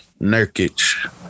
Nurkic